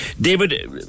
David